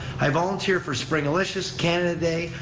i volunteer for springlicious, canada day,